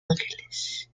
ángeles